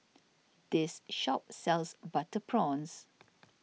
this shop sells Butter Prawns